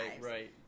right